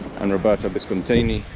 and roberto biscontini,